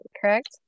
correct